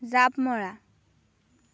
জাঁপ মৰা